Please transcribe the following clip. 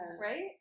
right